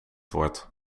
wordt